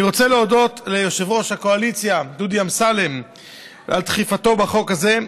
אני רוצה להודות ליושב-ראש הקואליציה דודי אמסלם על דחיפתו בחוק הזה,